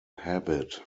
habit